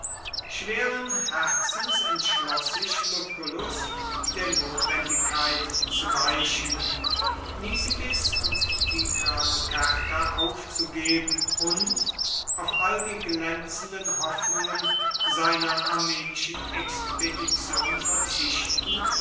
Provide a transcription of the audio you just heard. schweren herzens entschloß sich lucullus der notwendigkeit zu weichen nisibis und tigranokerta aufzugeben und auf all die glänzenden hoffnungen seiner armenischen expedition verzichtend